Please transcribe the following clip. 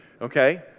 okay